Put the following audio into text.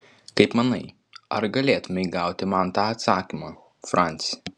kaip manai ar galėtumei gauti man tą atsakymą franci